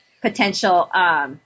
potential